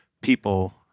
people